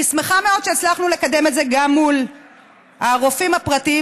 אני שמחה מאוד שהצלחנו לקדם את זה גם מול הרופאים הפרטיים,